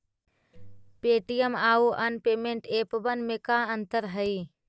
Paytm आउ अन्य payment एपबन में का अंतर हई?